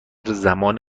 زمان